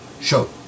show